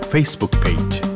Facebook-page